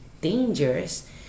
dangerous